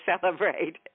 celebrate